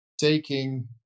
taking